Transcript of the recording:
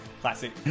Classic